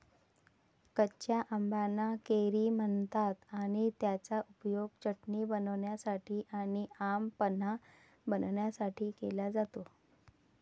कच्या आंबाना कैरी म्हणतात आणि त्याचा उपयोग चटणी बनवण्यासाठी आणी आम पन्हा बनवण्यासाठी केला जातो